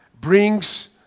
brings